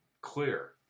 clear